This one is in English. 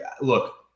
Look